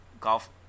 golf